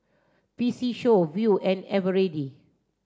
P C Show Viu and Eveready